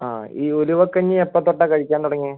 ആ ഈ ഉലുവക്കഞ്ഞി എപ്പോൾ തൊട്ടാണ് കഴിക്കാൻ തുടങ്ങിയത്